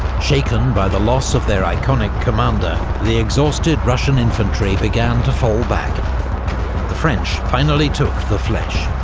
shaken by the loss of their iconic commander, the exhausted russian infantry began to fall back, and the french finally took the fleches.